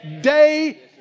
day